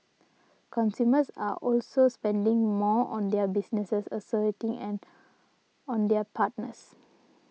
consumers are also spending more on their business associates and on their partners